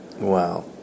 Wow